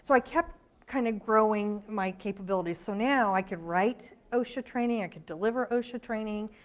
so i kept kind of growing my capabilities, so now, i could write osha training, i could deliver osha training.